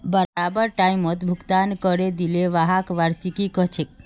बराबर टाइमत भुगतान करे दिले व्हाक वार्षिकी कहछेक